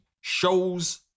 shows